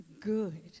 good